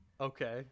Okay